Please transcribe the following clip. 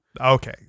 Okay